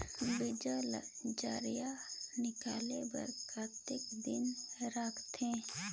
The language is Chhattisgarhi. बीजा ला जराई निकाले बार कतेक दिन रखथे?